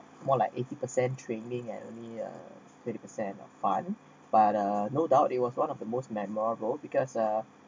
more like eighty per cent training and only twenty percent of fun but uh no doubt it was one of the most memorable because uh